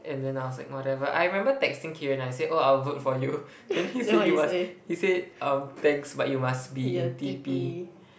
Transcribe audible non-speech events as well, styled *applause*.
and then I was like whatever I remember texting Keiran I said oh I will vote for you *laughs* then he say you must he say um thanks but you must be in T_P